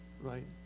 right